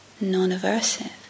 non-aversive